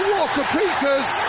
Walker-Peters